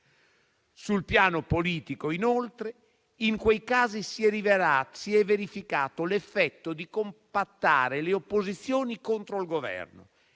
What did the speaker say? Sul piano politico, inoltre, in quei casi si è verificato l'effetto di compattare le opposizioni contro il Governo